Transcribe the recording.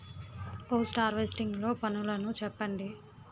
Post harvesting లో పనులను చెప్పండి?